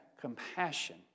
compassion